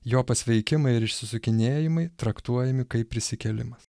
jo pasveikimai ir išsisukinėjimai traktuojami kaip prisikėlimas